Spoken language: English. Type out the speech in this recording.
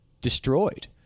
destroyed